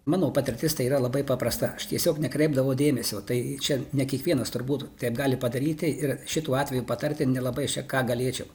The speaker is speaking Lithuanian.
manau patirtis tai yra labai paprasta aš tiesiog nekreipdavau dėmesio tai čia ne kiekvienas turbūt taip gali padaryti ir šituo atveju patarti nelabai čia ką galėčiau